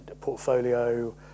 portfolio